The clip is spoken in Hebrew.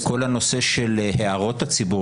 כל הנושא של הערות הציבור,